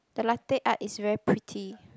the latte art is very pretty